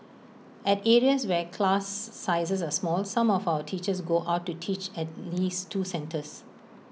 at areas where class sizes are small some of our teachers go out to teach at least two centres